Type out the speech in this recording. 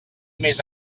més